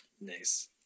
Nice